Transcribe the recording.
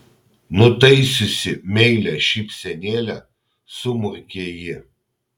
nutaisiusi meilią šypsenėlę sumurkė ji